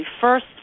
first